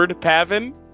Pavin